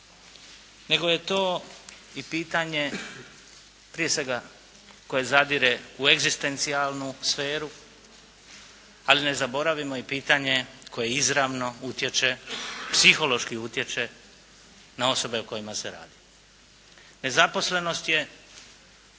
nego je to i pitanje prije svega koje zadire u egzistencijalnu sferu, ali ne zaboravimo i pitanje koje izravno utječe, psihološki utječe na osobe o kojima se radi. Nezaposlenost je